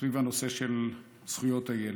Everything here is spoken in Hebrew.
סביב הנושא של זכויות הילד.